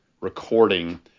recording